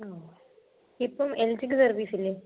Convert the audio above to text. ഓ ഇപ്പം എൽ ജിക്ക് സർവീസില്ലേ